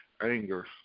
anger